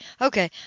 Okay